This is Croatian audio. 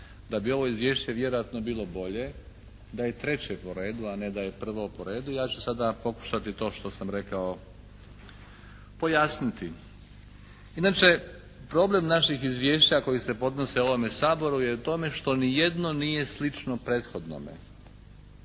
da bi ovo izvješće vjerojatno bilo bolje da je treće po redu a ne da je prvo po redu. Ja ću sada pokušati to što sam rekao pojasniti. Inače, problem naših izvješća koji se podnose u ovome Saboru je u tome što nijedno nije slično prethodnome,